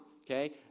okay